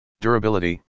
Durability